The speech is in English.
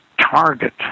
target